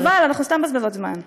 חבל, אנחנו סתם מבזבזות זמן.